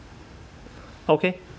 okay